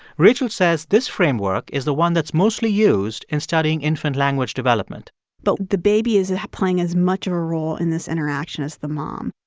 rachel says this framework is the one that's mostly used in studying infant language development but the baby is is playing as much of a role in this interaction as the mom.